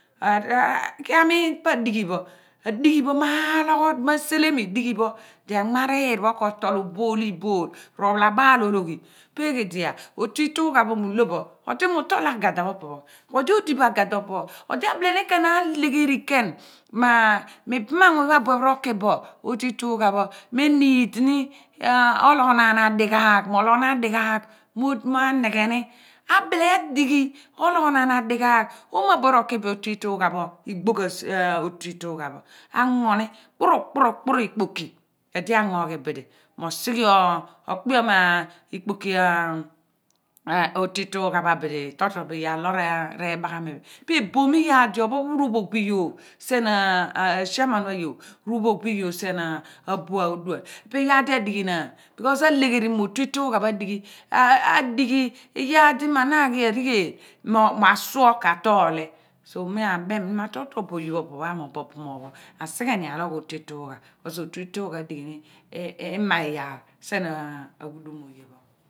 Araar kia amiin pa dighi pho adighi ma logho di ma selemi dighi pho di anmanir pho ko to obol ibol ro phalabal ologhi pe ghe di yar otu iitugha mu lo bo odi mu tol agada pho opo pho kuo di odi bo agada pho opo pho odi abile kuen alegheri khen ma mi bam anmuuny pho abue pho rki bo otu iitugha pho meh need ni ologhonaan adighaagh mo loghonaan adighaagh ma ni gheni abile a dighi olohonaan adighaagh oomo obuen roki bo otu iitugha pho igbogh otu iitugha pho ango ni kpuru kpuru kpuru ikpoki ku edi ango ghi bidi mo sighe okpiom ikpoki otu iitugha pha bidi toro toro bo iyaar lo re baghami pe eboom iyaar di opho pho ruphogh bo iyoor sien achairman pho ayoor ru phogh bo iyoor sien abua/odual pe yaar di adighi naan b/kos alegheri ni mo otu iitugha pho adighi iyar di ma naghi arighel mo ma asuo ka toli so mi ra bem ni mo toro toro bo oye pho opo pho amogh bo obu moony pho asighe adogh otu iitugha kos otu iitugha adighi ema iyar sien na aghudum oye phon